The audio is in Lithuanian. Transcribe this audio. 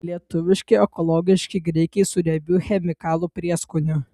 lietuviški ekologiški grikiai su riebiu chemikalų prieskoniu